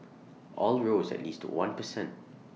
all rose at least one per cent